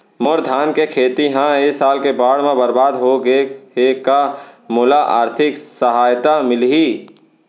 मोर धान के खेती ह ए साल के बाढ़ म बरबाद हो गे हे का मोला आर्थिक सहायता मिलही?